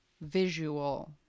visual